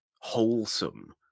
wholesome